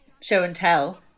show-and-tell